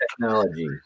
technology